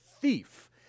thief